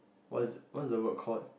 what's what's the word called